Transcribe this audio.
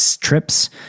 trips